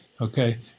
Okay